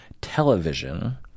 television